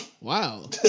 wow